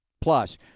Plus